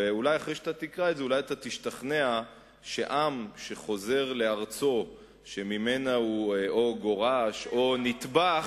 ואחרי שתקרא אולי תשתכנע שעם שחוזר לארצו שממנה או גורש או נטבח,